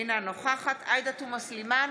אינה נוכחת עאידה תומא סלימאן,